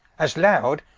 as lowd,